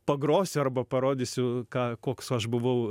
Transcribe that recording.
pagrosiu arba parodysiu ką koks aš buvau